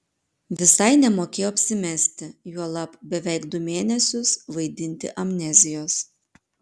visai nemokėjo apsimesti juolab beveik du mėnesius vaidinti amnezijos